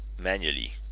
manually